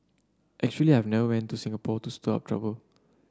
actually I never went to Singapore to stir up trouble